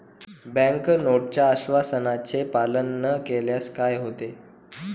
Bank नोटच्या आश्वासनाचे पालन न केल्यास काय होते?